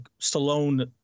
Stallone